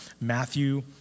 Matthew